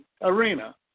arena